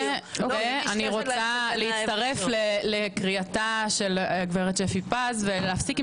ואני רוצה להצטרף לקריאתה של הגב' שפי פז ולהפסיק עם